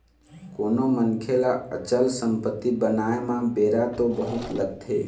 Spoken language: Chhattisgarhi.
कोनो मनखे ल अचल संपत्ति बनाय म बेरा तो बहुत लगथे